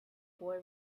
boy